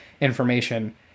information